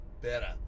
better